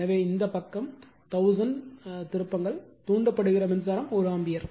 எனவே இந்த பக்க 1000 திருப்பம் தூண்டப்படுகிற மின்சாரம் 1 ஆம்பியர்